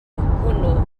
hwnnw